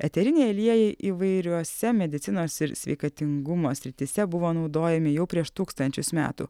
eteriniai aliejai įvairiose medicinos ir sveikatingumo srityse buvo naudojami jau prieš tūkstančius metų